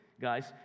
guys